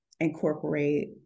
incorporate